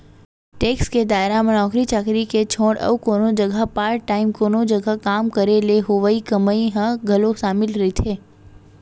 tax के दायरा म नौकरी चाकरी के छोड़ अउ कोनो जघा पार्ट टाइम कोनो जघा काम करे ले होवई कमई ह घलो सामिल रहिथे